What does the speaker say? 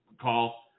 call